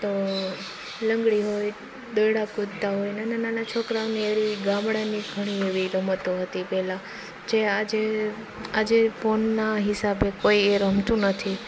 તો લંગડી હોય દોરડા કૂદતા હોય નાના નાના છોકરાઓને ગામડાની ઘણી એવી રમતો હતી પહેલા જે આજે આજે ફોનના હિસાબે કોઈ રમતું નથી